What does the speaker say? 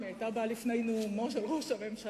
אם היא היתה באה לפני נאומו של ראש הממשלה,